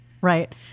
right